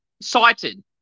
cited